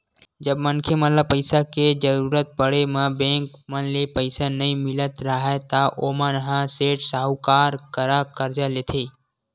जब मनखे ल पइसा के जरुरत पड़े म बेंक मन ले पइसा नइ मिलत राहय ता ओमन ह सेठ, साहूकार करा करजा लेथे